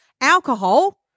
alcohol